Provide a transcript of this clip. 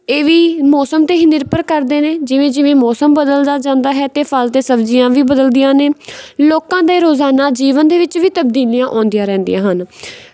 ਇਹ ਵੀ ਮੌਸਮ 'ਤੇ ਹੀ ਨਿਰਭਰ ਕਰਦੇ ਨੇ ਜਿਵੇਂ ਜਿਵੇਂ ਮੌਸਮ ਬਦਲਦਾ ਜਾਂਦਾ ਹੈ ਤਾਂ ਫਲ ਅਤੇ ਸਬਜ਼ੀਆਂ ਵੀ ਬਦਲਦੀਆਂ ਨੇ ਲੋਕਾਂ ਦੇ ਰੋਜ਼ਾਨਾ ਜੀਵਨ ਦੇ ਵਿੱਚ ਵੀ ਤਬਦੀਲੀਆਂ ਆਉਂਦੀਆਂ ਰਹਿੰਦੀਆਂ ਹਨ